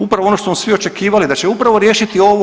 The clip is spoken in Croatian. Upravo ono što smo svi očekivali, da će upravo riješiti ovo.